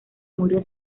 murió